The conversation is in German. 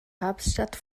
hauptstadt